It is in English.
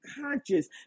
conscious